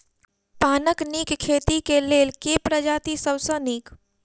पानक नीक खेती केँ लेल केँ प्रजाति सब सऽ नीक?